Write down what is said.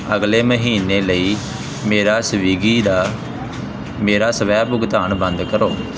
ਅਗਲੇ ਮਹੀਨੇ ਲਈ ਮੇਰਾ ਸਵਿਗੀ ਦਾ ਮੇਰਾ ਸਵੈ ਭੁਗਤਾਨ ਬੰਦ ਕਰੋ